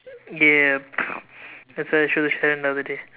ya that's what I showed Sharon the other day